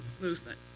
movement